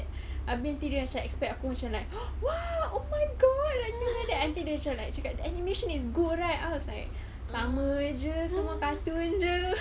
habis dia nanti macam expect aku macam like !wow! oh my god until dia macam like cakap like the animation is good right I was like sama jer semua kartun jer